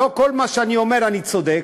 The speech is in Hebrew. לא בכל מה שאני אומר אני צודק,